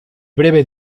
breve